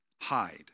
hide